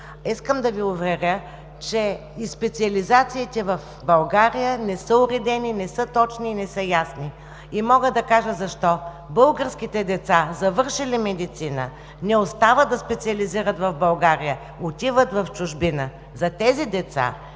Искам да Ви уверя, че и специализациите в България не са уредени, не са точни и ясни. Мога да кажа защо. Българските деца, завършили медицина, не остават да специализират в България, отиват в чужбина. За тези деца